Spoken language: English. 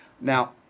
Now